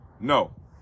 No